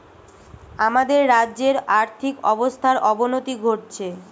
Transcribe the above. আমাদের রাজ্যের আর্থিক ব্যবস্থার অবনতি ঘটছে